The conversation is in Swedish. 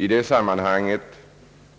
I det sammanhanget